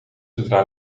zodra